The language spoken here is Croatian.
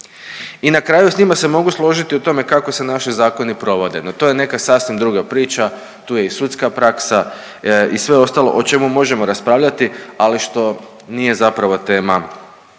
I na kraju s njima se mogu složiti u tome kako se naši zakoni provode, no to je neka sasvim druga priča, tu je i sudska praksa i sve ostalo o čemu možemo raspravljati, ali što nije zapravo tema